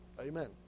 Amen